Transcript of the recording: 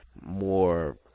more